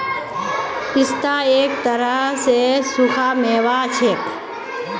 पिस्ता एक तरह स सूखा मेवा हछेक